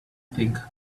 think